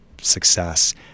success